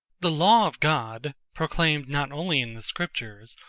the law of god, proclaimed not only in the scriptures,